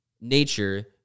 nature